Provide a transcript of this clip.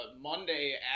monday